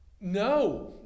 no